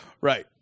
right